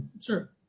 Sure